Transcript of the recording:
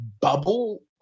bubble